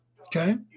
Okay